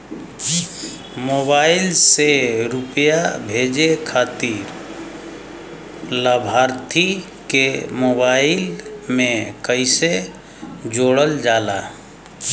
Mobile से रूपया भेजे खातिर लाभार्थी के मोबाइल मे कईसे जोड़ल जाला?